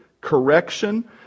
correction